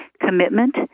Commitment